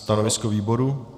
Stanovisko výboru?